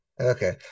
Okay